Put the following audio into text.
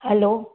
hello